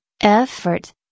effort